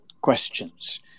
questions